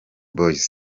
boyz